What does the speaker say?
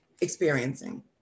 experiencing